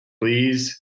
please